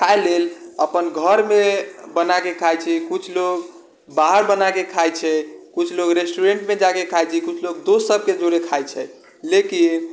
खाए लेल अपन घरमे बनाके खाइत छै किछु लोग बाहर बनाके खाइत छै किछु लोग रेस्टूरेंटमे जाके खाइत छै किछु लोग दोस्त सबके जोरे खाइत छै लेकिन